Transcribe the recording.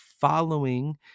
following